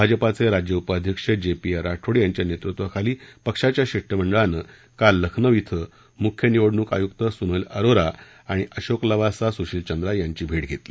भाजपाचे राज्य उपाध्यक्ष जे पी ए राठौर यांच्या नेतृत्वाखाली पक्षाच्या शिष्टमंडळानं काल लखनौ धिं मुख्य निवडणूक आयुक्त सुनील अरोरा तसंच सहअधिकारी अशोक लवासा आणि सुशिल चंद्रा यांची भेट घेतली